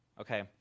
okay